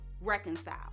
reconcile